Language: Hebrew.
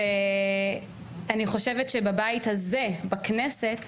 אני חושבת שבבית הזה, בכנסת,